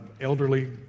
elderly